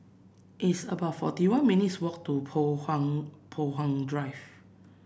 it's about forty one minutes' walk to Poh Huat Poh Huat Drive